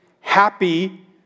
happy